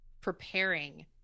preparing